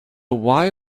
why